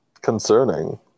concerning